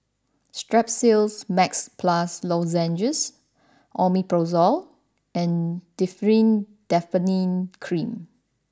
Strepsils Max Plus Lozenges Omeprazole and Differin Adapalene Cream